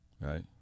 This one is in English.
right